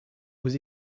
aux